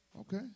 Okay